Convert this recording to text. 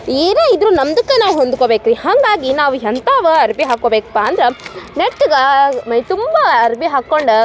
ಏನೇ ಇದ್ದರೂ ನಮ್ದಕ್ಕೆ ನಾವು ಹೊಂದ್ಕೋಬೇಕು ರೀ ಹಾಗಾಗಿ ನಾವು ಎಂಥವ ಅರ್ವಿ ಹಾಕ್ಕೋಬೇಕು ಪಾ ಅಂದ್ರೆ ನೆಟ್ಟಗೆ ಮೈ ತುಂಬ ಅರ್ವಿ ಹಾಕ್ಕೊಂಡು